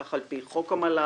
כך על פי חוק המל"ל.